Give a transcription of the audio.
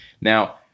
now